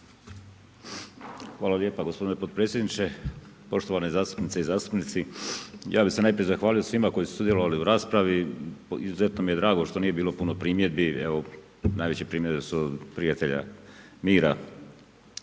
Hvala lijepo gospodine potpredsjedniče. Poštovane zastupnice i zastupnici. Ja bi se najprije zahvalio svima koji su sudjelovali u raspravu. Izuzetno mi je drago, što nije bilo puno primjedbi, evo, najveći primjedbe su od prijatelja Mira,